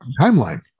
timeline